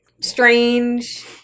strange